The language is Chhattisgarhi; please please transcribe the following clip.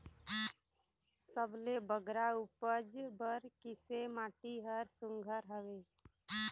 सबले बगरा उपज बर किसे माटी हर सुघ्घर हवे?